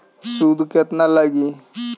सूद केतना लागी?